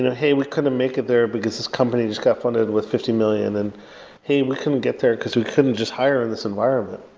hey, we couldn't make it there because this company just got funded with fifteen dollars, and hey, we couldn't get there because we couldn't just hire in this environment,